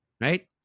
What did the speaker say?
Right